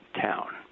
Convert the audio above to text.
town